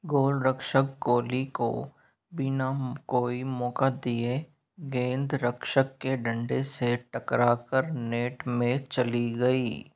गोल रक्षक कोली को बिना कोई मौका दिए गेंद रक्षक के डंडे से टकराकर नेट मे चली गई